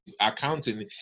accounting